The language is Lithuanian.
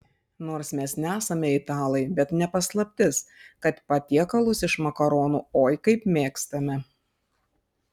nors mes nesame italai bet ne paslaptis kad patiekalus iš makaronų oi kaip mėgstame